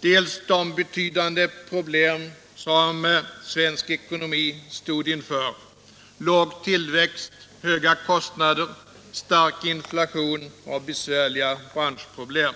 dels de betydande problem som svensk ekonomi stod inför — låg tillväxt, höga kostnader, stark inflation och besvärliga branschproblem.